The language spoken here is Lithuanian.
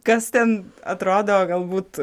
kas ten atrodo galbūt